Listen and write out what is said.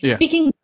Speaking